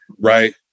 right